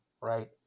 right